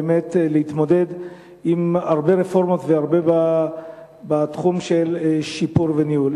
באמת בהתמודדות עם הרבה רפורמות בתחום של שיפור וניהול.